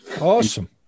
Awesome